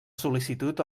sol·licitud